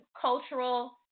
cultural